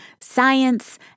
science